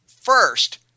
First